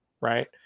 Right